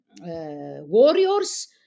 warriors